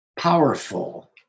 powerful